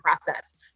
process